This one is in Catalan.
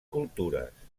cultures